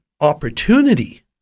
opportunity